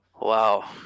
Wow